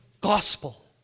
gospel